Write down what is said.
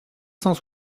cent